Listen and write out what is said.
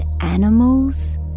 animals